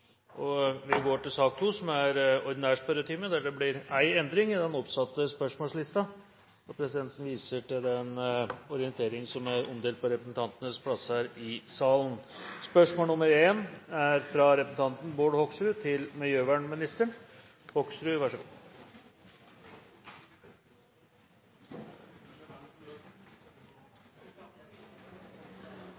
og vi går over til den ordinære spørretimen. Det blir én endring i den oppsatte spørsmålslisten, og presidenten viser i den sammenheng til den oversikt som er omdelt på representantenes plasser i salen.